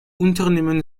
unternehmen